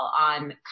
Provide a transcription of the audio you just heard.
on